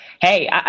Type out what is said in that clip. Hey